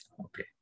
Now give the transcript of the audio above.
okay